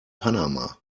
panama